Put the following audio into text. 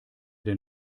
der